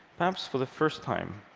perhaps for the first time,